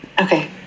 Okay